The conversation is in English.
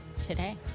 today